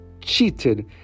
cheated